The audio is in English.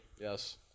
Yes